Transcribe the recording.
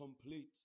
complete